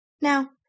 Now